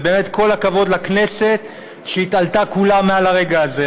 ובאמת כל הכבוד לכנסת שהתעלתה כולה מעל הרגע הזה.